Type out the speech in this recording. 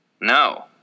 No